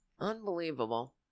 Unbelievable